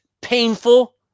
painful